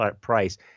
price